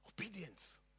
obedience